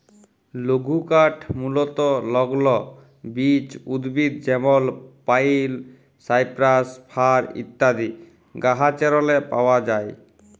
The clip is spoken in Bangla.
লঘুকাঠ মূলতঃ লগ্ল বিচ উদ্ভিদ যেমল পাইল, সাইপ্রাস, ফার ইত্যাদি গাহাচেরলে পাউয়া যায়